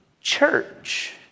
church